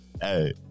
Hey